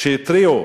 שהתריעו